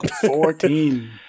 Fourteen